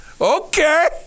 okay